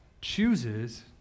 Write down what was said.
chooses